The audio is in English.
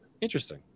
interesting